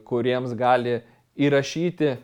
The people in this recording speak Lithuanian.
kuriems gali įrašyti